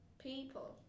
People